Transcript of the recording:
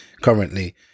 currently